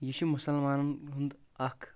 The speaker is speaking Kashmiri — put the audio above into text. یہِ چھُ مسلمانن ہُنٛد اکھ